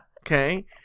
Okay